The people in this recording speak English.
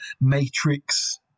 Matrix